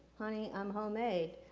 honey, i'm homemade,